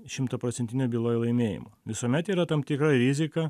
šimtaprocentinio byloj laimėjimo visuomet yra tam tikra rizika